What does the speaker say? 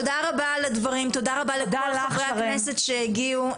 תודה רבה על הדברים תודה לכל חברי הכנסת שהגיעו,